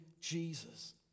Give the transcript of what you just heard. Jesus